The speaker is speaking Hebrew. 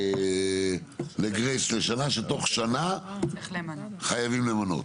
לתקופת חסד של שנה, שחייבים למנות.